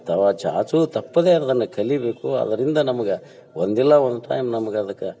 ಚಾಚು ತಪ್ಪದೆ ಅದನ್ನು ಕಲಿಯಬೇಕು ಅದರಿಂದ ನಮಗೆ ಒಂದಿಲ್ಲ ಒಂದು ಟೈಮ್ ನಮ್ಗೆ ಅದಕ್ಕೆ